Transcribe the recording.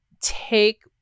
take